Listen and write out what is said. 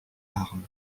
larmes